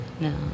No